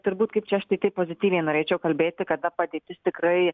turbūt kaip čia aš tai taip pozityviai norėčiau kalbėti kad ta padėtis tikrai